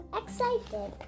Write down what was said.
excited